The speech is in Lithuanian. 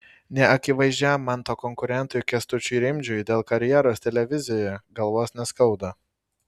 neakivaizdžiam manto konkurentui kęstučiui rimdžiui dėl karjeros televizijoje galvos neskauda